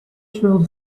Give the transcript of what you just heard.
through